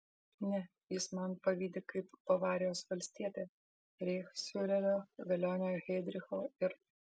ne jis man pavydi kaip bavarijos valstietė reichsfiurerio velionio heidricho ir